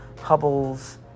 Hubble's